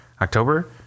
October